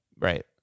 Right